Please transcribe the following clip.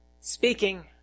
speaking